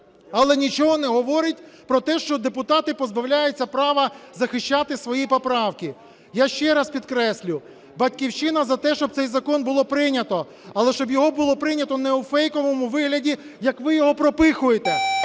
але нічого не говорить про те, що депутати позбавляються права захищати свої поправки. Я ще раз підкреслю, "Батьківщина" за те, щоб цей закон було прийнято, але щоб його було прийнято не у фейковому вигляді, як ви його пропихуєте.